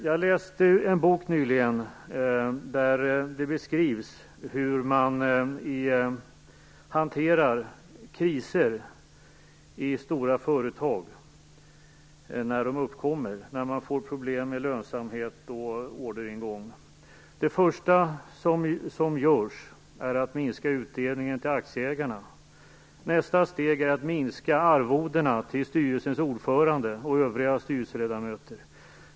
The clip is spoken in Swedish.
Jag läste en bok nyligen där det beskrevs hur man hanterar kriser i stora företag när man får problem med lönsamhet och orderingång. Det första som görs är en minskning av utdelningen till aktieägarna. Nästa steg är att man minskar arvodena för styrelsens ordförande och övriga styrelseledamöter.